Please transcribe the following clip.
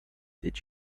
did